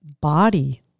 body